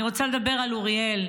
אני רוצה לדבר על אוריאל.